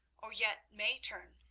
or yet may turn,